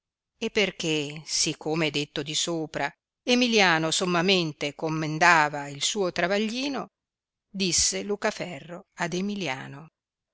e perchè si come è detto di sopra emilliano sommamente commendava il suo travaglino disse lucaferro ad emilliano